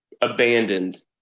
abandoned